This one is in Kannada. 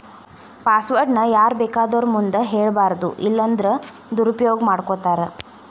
ಪಾಸ್ವರ್ಡ್ ನ ಯಾರ್ಬೇಕಾದೊರ್ ಮುಂದ ಹೆಳ್ಬಾರದು ಇಲ್ಲನ್ದ್ರ ದುರುಪಯೊಗ ಮಾಡ್ಕೊತಾರ